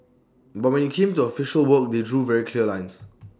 but when IT came to official work they drew very clear lines